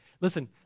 Listen